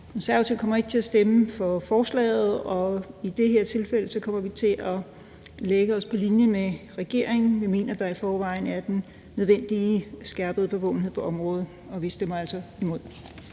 Konservative kommer ikke til at stemme for forslaget, og i det her tilfælde kommer vi til at lægge os på linje med regeringen. Vi mener, at der er i forvejen er den nødvendige skærpede bevågenhed på området, og vi stemmer altså imod.